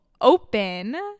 open